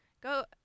Go